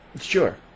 Sure